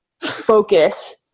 focus